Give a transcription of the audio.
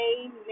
amen